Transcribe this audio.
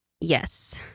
Yes